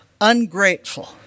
ungrateful